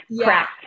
Correct